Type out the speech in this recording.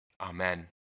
Amen